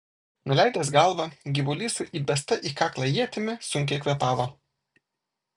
nuleidęs galvą gyvulys su įbesta į kaklą ietimi sunkiai kvėpavo